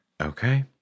Okay